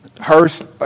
Hurst